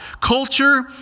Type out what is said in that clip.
Culture